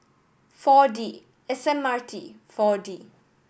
Four D S M R T Four D